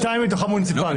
לא, שתיים מתוכן מוניציפליות.